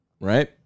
right